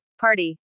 Party